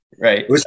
Right